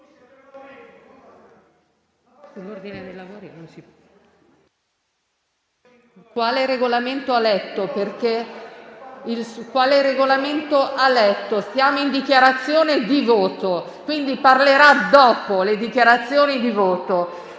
Quale regolamento ha letto? Siamo in dichiarazione di voto, quindi parlerà dopo le dichiarazioni di voto.